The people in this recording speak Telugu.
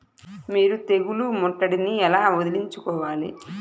మీరు తెగులు ముట్టడిని ఎలా వదిలించుకోవాలి?